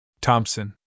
Thompson